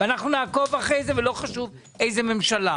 אנחנו נעקוב אחרי זה ולא חשוב איזו ממשלה.